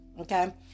Okay